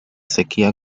sequía